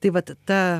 tai vat ta